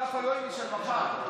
היומי של מחר.